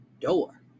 door